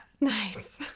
Nice